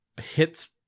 hits